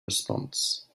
response